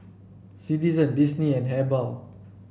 Citizen Disney and Habhal